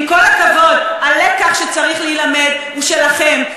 עם כל הכבוד, הלקח שצריך להילמד הוא שלכם.